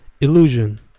Illusion